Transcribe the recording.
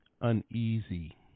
uneasy